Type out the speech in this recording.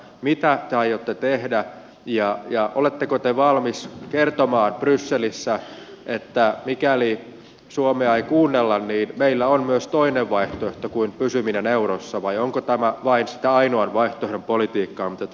mitä te aiotte tehdä ja oletteko te valmis kertomaan brysselissä että mikäli suomea ei kuunnella niin meillä on myös toinen vaihtoehto kuin pysyminen eurossa vai onko tämä vain sitä ainoan vaihtoehdon politiikkaa mitä te ajatte